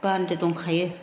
बान्दो दंखायो